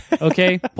okay